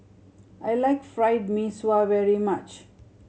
I like Fried Mee Sua very much